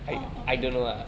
orh okay